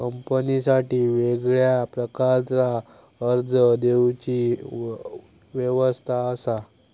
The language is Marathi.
कंपनीसाठी वेगळ्या प्रकारचा कर्ज देवची व्यवस्था असा